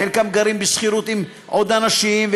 חלקם חיים בשכירות עם עוד אנשים,